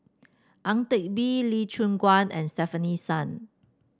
Ang Teck Bee Lee Choon Guan and Stefanie Sun